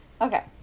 Okay